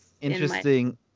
interesting